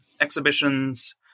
exhibitions